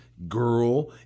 girl